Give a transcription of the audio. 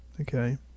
Okay